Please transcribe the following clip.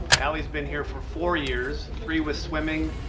ellie's been here for four years, three with swimming,